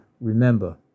remember